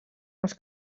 els